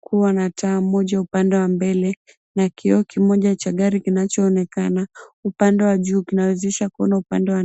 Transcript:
kuwa na taa moja upande wa mbele na kioo kimoja cha gari kinachoonekana upande wa juu kinawezesha kuona upande wa nyuma.